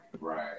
Right